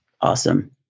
awesome